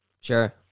Sure